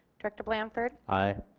director blanford aye.